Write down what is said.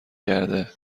گرده